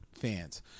fans